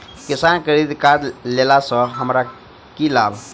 किसान credit card लेला सऽ हमरा की लाभ?